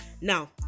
Now